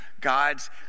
God's